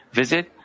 visit